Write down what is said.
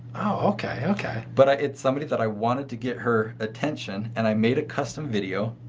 okay, okay. but ah it's somebody that i wanted to get her attention. and i made a custom video.